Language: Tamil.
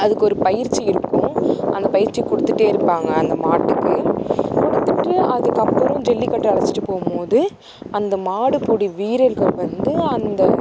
அதுக்கு ஒரு பயிற்சி இருக்கும் அந்த பயிற்சி கொடுத்துட்டே இருப்பாங்க அந்த மாட்டுக்கு கொடுத்துட்டு அதுக்கப்புறம் ஜல்லிக்கட்டு அழைச்சிட்டு போகும்போது அந்த மாடுப்பிடி வீரர்கள் வந்து அந்த